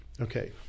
Okay